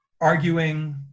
arguing